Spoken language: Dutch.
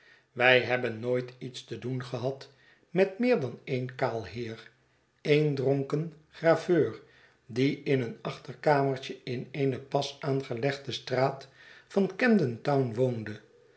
wij hebben nooit iets te doen gehad met meer dan een kaal heer een dronken graveur die in een achterkamertje in eene pas aangelegde straat van camdentown woonde